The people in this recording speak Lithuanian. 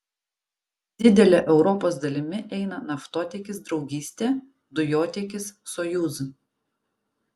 didele europos dalimi eina naftotiekis draugystė dujotiekis sojuz